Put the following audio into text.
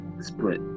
split